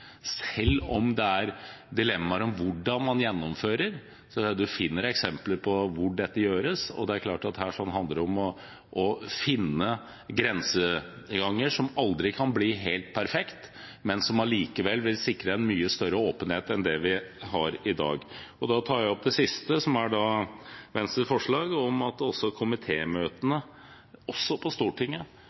selv om det er dilemmaer om hvordan man gjennomfører det. Man finner eksempler på at dette gjøres. Dette handler om å finne grenseganger som aldri kan bli helt perfekt, men som allikevel vil sikre en mye større åpenhet enn det vi har i dag. Det siste jeg vil ta opp, er Venstres forslag om at også komitémøtene på Stortinget,